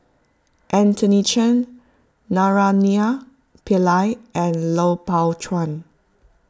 Anthony Chen Naraina Pillai and Lui Pao Chuen